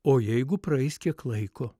o jeigu praeis kiek laiko